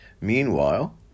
Meanwhile